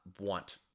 want